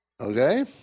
Okay